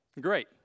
Great